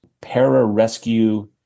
para-rescue